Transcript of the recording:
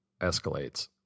escalates